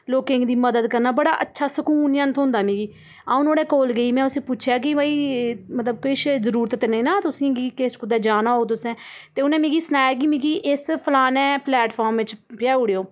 लोकें गी दी मदद करना बड़ा अच्छा सकून जन थ्होंदा मिगी अ'ऊं नुआढ़े कोल गेई में उसी पुच्छेआ कि भई मतलब किश जरूरत ते नेईं न तुसें गी किश कुदै जाना होऐ तुसें ते उनें मिगी सनाएआ कि मिगी इस फलाने प्लैटफॉम बिच्च पजाई ओड़ेओ